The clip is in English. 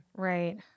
Right